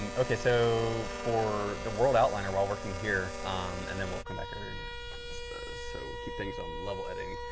um okay, so for the world outliner while working here and then we'll come back over here now. so, keep things on level editing.